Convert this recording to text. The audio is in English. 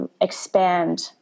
expand